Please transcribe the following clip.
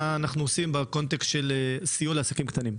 שאנחנו עושים בקונטקסט של סיוע לעסקים הקטנים.